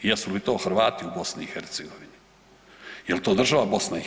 Jesu li to Hrvati u BiH, jel to država BiH?